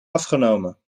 afgenomen